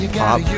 pop